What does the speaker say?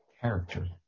character